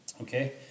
Okay